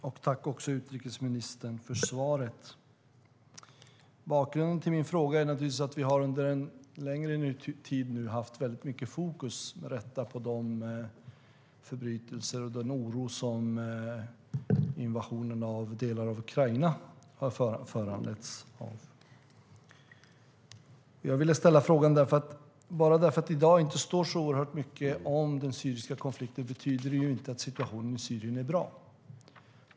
Fru talman! Jag tackar utrikesministern för svaret. Bakgrunden till min fråga är att vi under en längre tid med rätta haft väldigt mycket fokus på förbrytelserna i Ukraina och den oro som invasionen av delar av landet föranlett. Men bara därför att det i dag inte står så oerhört mycket om den syriska konflikten betyder det inte att situationen i Syrien är bra.